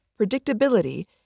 predictability